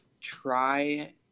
try